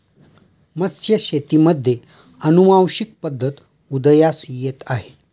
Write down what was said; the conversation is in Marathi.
मत्स्यशेतीमध्ये अनुवांशिक पद्धत उदयास येत आहे